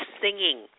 singing